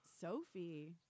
Sophie